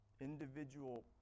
individual